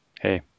hey